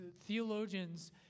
Theologians